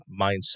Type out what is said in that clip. mindset